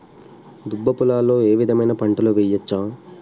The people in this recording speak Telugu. దుబ్బ పొలాల్లో ఏ విధమైన పంటలు వేయచ్చా?